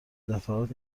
دفعات